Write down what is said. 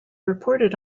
reported